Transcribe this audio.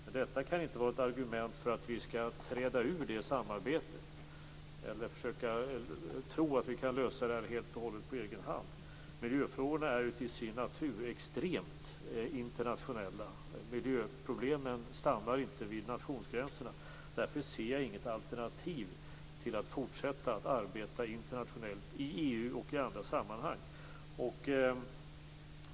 Men detta kan inte vara ett argument för att vi skall träda ur det samarbetet eller försöka tro att vi kan lösa det här helt och hållet på egen hand. Miljöfrågorna är till sin natur extremt internationella. Miljöproblemen stannar ju inte vid nationsgränserna. Därför ser jag inget alternativ till att fortsätta att arbeta internationellt i EU och i andra sammanhang.